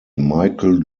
michael